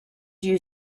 you